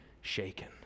shaken